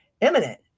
imminent